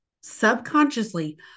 subconsciously